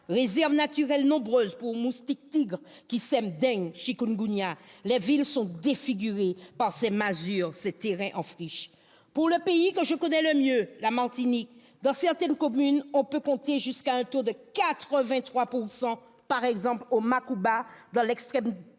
réserves naturelles nombreuses pour le moustique tigre, qui sème dengue, chikungunya. Les villes sont défigurées par ces masures, ces terrains en friche. Pour le pays que je connais le mieux, la Martinique, dans certaines communes on peut compter jusqu'à un taux de 83 % de cas d'indivisions non réglées,